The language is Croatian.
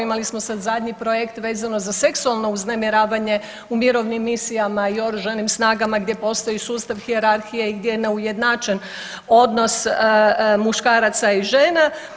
Imali smo sad zadnji projekt vezano za seksualno uznemiravanje u mirovnim misijama i oružanim snagama gdje postoji sustav hijerarhije i gdje je neujednačen odnos muškaraca i žena.